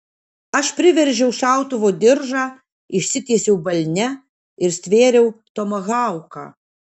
aš priveržiau šautuvo diržą išsitiesiau balne ir stvėriau tomahauką